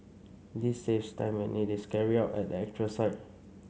this saves time when it is carried out at the actual site